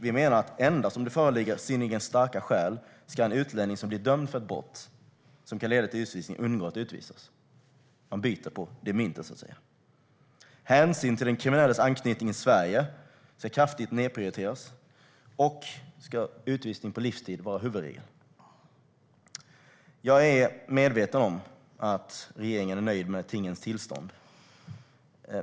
Vi menar att endast om det föreligger synnerligen starka skäl ska en utlänning som blir dömd för ett brott som kan leda till utvisning undgå att utvisas. Man vänder så att säga på detta mynt. Hänsyn till den kriminelles anknytning till Sverige ska kraftigt nedprioriteras, och utvisning på livstid ska vara huvudregel. Jag är medveten om att regeringen är nöjd med tingens tillstånd.